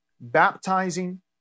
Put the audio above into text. baptizing